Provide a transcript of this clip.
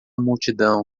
multidão